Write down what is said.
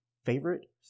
Favorite